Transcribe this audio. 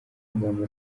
magambo